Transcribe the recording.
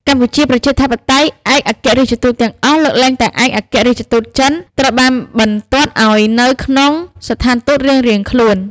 កម្ពុជា ប្រជាធិបតេយ្យ ឯកអគ្គរដ្ឋទូតទាំងអស់ លើកលែងតែឯកអគ្គរដ្ឋទូតចិន ត្រូវបានបន្ទាត់ឱ្យនៅតែក្នុងស្ថានទូតរៀងៗខ្លួន ។